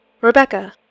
Rebecca